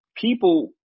people